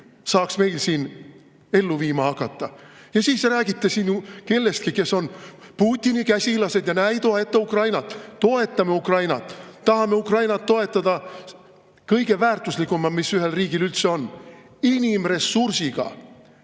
saaks meil siin ellu viima hakata. Ja siis räägite siin kellestki, kes on Putini käsilased ja näe, ei toeta Ukrainat. Toetame Ukrainat! Tahame Ukrainat toetada kõige väärtuslikumaga, mis ühel riigil üldse on: inimressursiga.